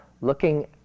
looking